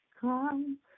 come